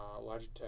Logitech